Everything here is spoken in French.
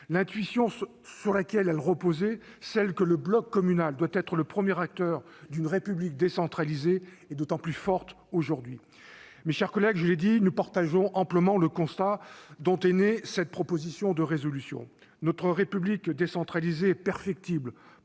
L'intuition sur laquelle elle reposait, celle que le bloc communal doit être le premier acteur d'une République décentralisée, est d'autant plus forte aujourd'hui. Mes chers collègues, je l'ai dit, nous partageons amplement le constat qui a fait naître cette proposition de résolution. Notre République décentralisée est perfectible